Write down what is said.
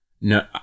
no